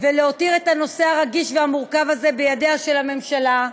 ולהותיר את הנושא הרגיש והמורכב הזה בידיה של הממשלה,